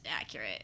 accurate